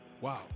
Wow